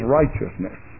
righteousness